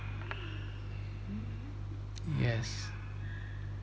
yes